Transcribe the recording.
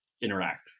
interact